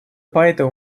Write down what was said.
поэтому